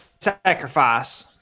sacrifice